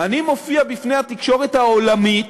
אני מופיע בפני התקשורת העולמית,